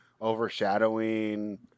overshadowing